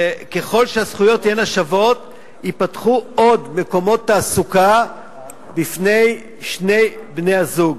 וככל שהזכויות תהיינה שוות ייפתחו עוד מקומות תעסוקה בפני שני בני-הזוג.